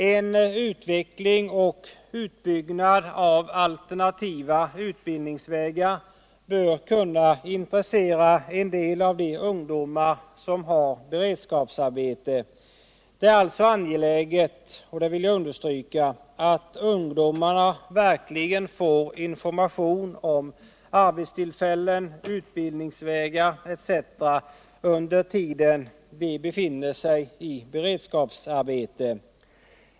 En utveckling och utbyggnad av alternativa utbildningsvägar bör kunna intressera en det av de ungdomar som har beredskapsarbete. Det är alltså angeläget — det vill jag understryka — att ungdomarna verkligen får information om arbetsullfällen, utbildningsviägar etc., när de befinner sig i beredskapsarbete.